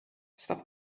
stop